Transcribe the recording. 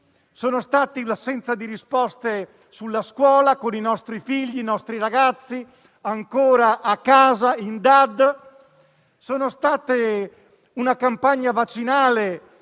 virus; un'assenza di risposte sulla scuola, con i nostri figli, i nostri ragazzi ancora a casa in didattica a distanza; una campagna vaccinale